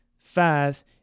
fast